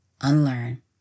unlearn